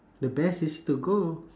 the best is to go